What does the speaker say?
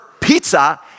pizza